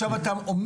עכשיו אתה אומר,